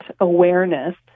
awareness